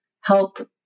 help